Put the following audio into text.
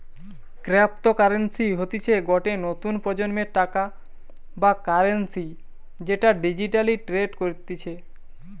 cryptocurrency হতিছে গটে নতুন প্রজন্মের টাকা বা কারেন্সি যেটা ডিজিটালি ট্রেড করতিছে